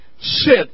sit